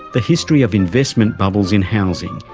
the history of investment bubbles in housing,